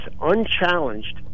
unchallenged